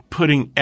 putting